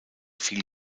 viel